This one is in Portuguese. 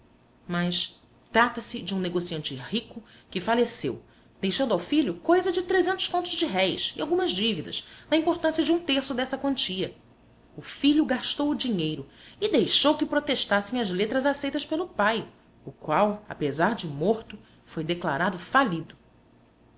mas trata-se de um negociante rico que faleceu deixando ao filho coisa de contos de réis e algumas dívidas na importância de um terço dessa quantia o filho gastou o dinheiro e deixou que protestassem as letras aceitas pelo pai o qual apesar de morto foi declarado falido